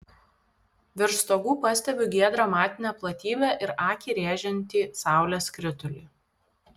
virš stogų pastebiu giedrą matinę platybę ir akį rėžiantį saulės skritulį